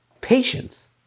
Patience